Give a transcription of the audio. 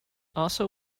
also